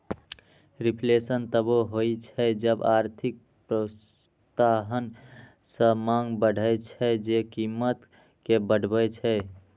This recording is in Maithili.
रिफ्लेशन तबो होइ छै जब आर्थिक प्रोत्साहन सं मांग बढ़ै छै, जे कीमत कें बढ़बै छै